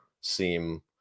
seem